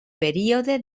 període